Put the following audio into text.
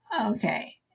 Okay